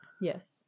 Yes